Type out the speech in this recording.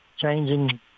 changing